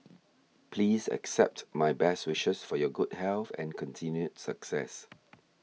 please accept my best wishes for your good health and continued success